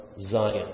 Zion